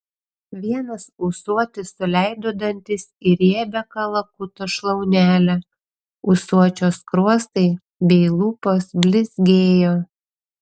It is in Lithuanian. vienas ūsuotis suleido dantis į riebią kalakuto šlaunelę ūsuočio skruostai bei lūpos blizgėjo